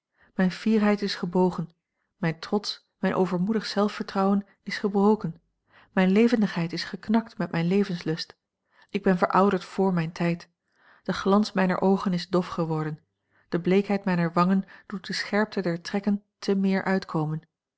mijne fierheid is gebogen mijn trots mijn overmoedig zelfvertrouwen is gebroken mijne levendigheid is geknakt met mijn levenslust ik ben verouderd vr mijn tijd de glans mijner oogen is dof geworden de bleekheid mijner wangen doet de scherpte der trekken te meer uitkomen